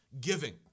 Giving